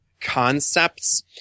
concepts